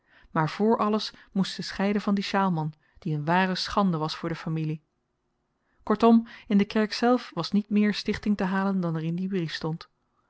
maar vr alles moest ze scheiden van dien sjaalman die een ware schande was voor de familie kortom in de kerk zelf was niet meer stichting te halen dan er in dien brief stond